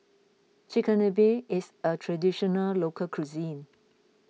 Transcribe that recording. Chigenabe is a Traditional Local Cuisine